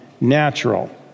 natural